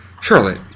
Charlotte